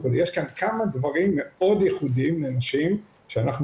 יש כאן כמה דברים מאוד ייחודיים לנשים שאנחנו